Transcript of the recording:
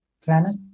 planet